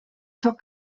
zur